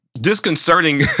disconcerting